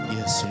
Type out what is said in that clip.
Yes